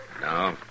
No